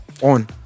on